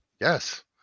Yes